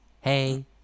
hey